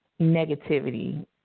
negativity